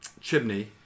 chimney